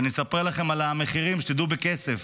ואני אספר לכם על המחירים, שתדעו בכסף.